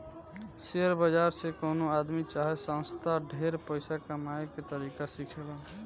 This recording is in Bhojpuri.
शेयर बाजार से कवनो आदमी चाहे संस्था ढेर पइसा कमाए के तरीका सिखेलन